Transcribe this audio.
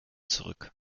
zurück